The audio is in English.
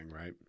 right